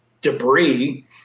Debris